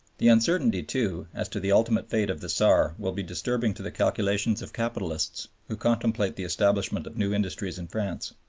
the uncertainty, too, as to the ultimate fate of the saar will be disturbing to the calculations of capitalists who contemplate the establishment of new industries in france.